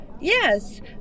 Yes